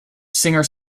singer